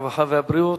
הרווחה והבריאות,